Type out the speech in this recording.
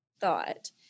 thought